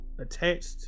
attached